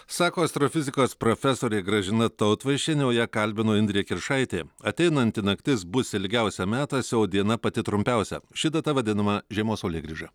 sako astrofizikos profesorė gražina tautvaišienė o ją kalbino indrė kiršaitė ateinanti naktis bus ilgiausia metuose o diena pati trumpiausia ši data vadinama žiemos saulėgrįža